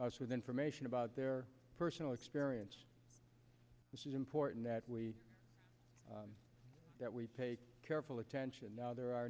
us with information about their personal experience this is important that we that we pay careful attention now there are